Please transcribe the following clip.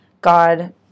God